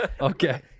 Okay